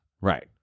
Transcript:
right